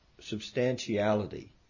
substantiality